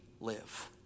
live